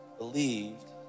believed